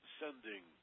sending